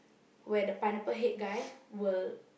where the Pineapple Head guy will